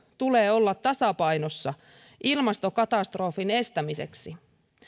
tulee olla tasapainossa ilmastokatastrofin estämiseksi